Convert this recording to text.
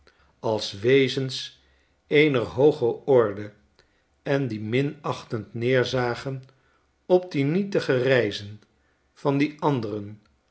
als wezens eener hooger orde en die minachtend neerzagen op de nietige reizen van die anderen